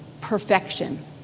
perfection